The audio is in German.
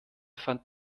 fand